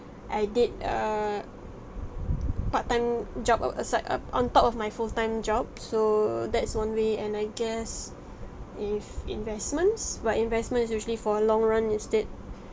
I did err part time job uh aside up on top of my full time job so that's one way and I guess in investments but investment is usually for long run instead